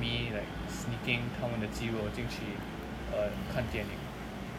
me like sneaking 他们的鸡肉进去 err 看电影